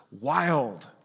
wild